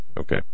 okay